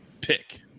Pick